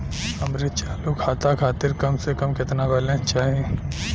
हमरे चालू खाता खातिर कम से कम केतना बैलैंस चाही?